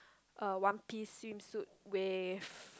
a one piece swimsuit with